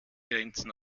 grenzen